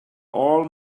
all